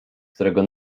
którego